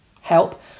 help